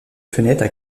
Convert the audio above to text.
fenêtres